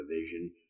vision